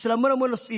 של המון נושאים.